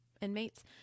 inmates